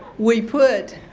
we put